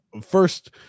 First